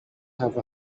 have